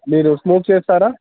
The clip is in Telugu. మీరు స్మోక్ చేస్తారా